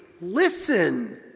Listen